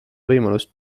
võimalust